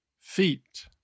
Feet